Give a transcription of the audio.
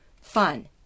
fun